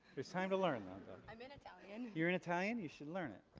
it's time to learn. i'm in italian. you're in italian? you should learn it.